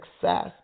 success